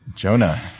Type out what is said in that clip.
Jonah